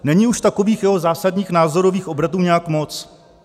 Není už takových jeho zásadních názorových obratů nějak moc?